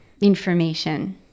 information